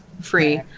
free